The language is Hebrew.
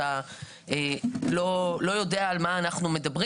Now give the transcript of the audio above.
אתה לא יודע על מה אנחנו מדברים.